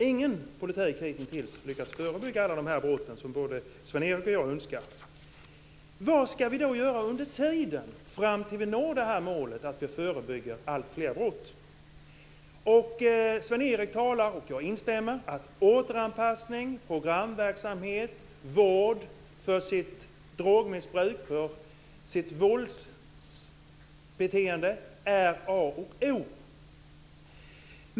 Ingen politik har hittills lyckats förebygga alla de brott som både Sven-Erik och jag önskar att vi skulle kunna förebygga. Vad ska vi då göra under tiden, fram till dess att vi når målet och förebygger alltfler brott? Sven-Erik talar om, och jag instämmer i, att återanpassning, programverksamhet och vård för drogmissbruk och våldsbeteende är A och O.